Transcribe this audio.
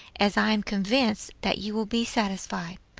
as i am convinced that you will be satisfied.